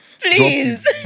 Please